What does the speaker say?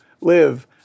Live